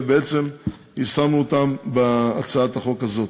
ובעצם יישמנו אותם בהצעת החוק הזאת.